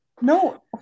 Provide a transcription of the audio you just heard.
No